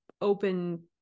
open